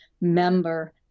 member